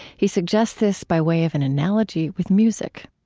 he suggests this by way of an analogy with music